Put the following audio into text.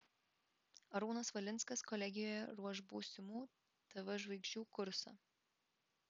arūnas valinskas kolegijoje ruoš būsimų tv žvaigždžių kursą